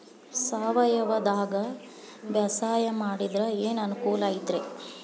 ಸಾವಯವದಾಗಾ ಬ್ಯಾಸಾಯಾ ಮಾಡಿದ್ರ ಏನ್ ಅನುಕೂಲ ಐತ್ರೇ?